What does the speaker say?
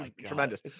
Tremendous